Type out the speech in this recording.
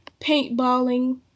paintballing